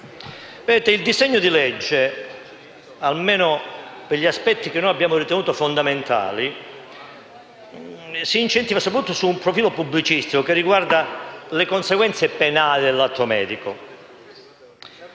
Il disegno di legge, almeno per gli aspetti che abbiamo ritenuto fondamentali, si incentra soprattutto su un profilo pubblicistico che riguarda le conseguenze penali dell'atto medico,